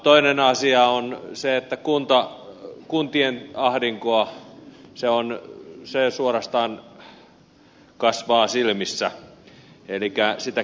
toinen asia on se että kuntien ahdinko suorastaan kasvaa silmissä elikkä sitä kiristetään